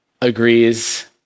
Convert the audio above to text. agrees